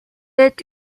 est